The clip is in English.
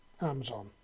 Amazon